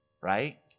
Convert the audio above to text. right